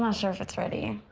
um sure if it's ready.